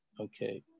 okay